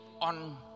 on